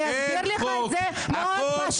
יצחק פינדרוס, אני אסביר לך את זה מאוד פשוט.